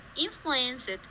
influenced